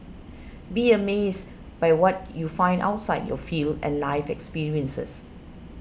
be amazed by what you find outside your field and life experiences